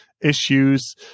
issues